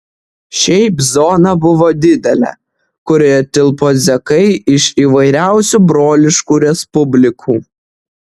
šiaip zona buvo didelė kurioje tilpo zekai iš įvairiausių broliškų respublikų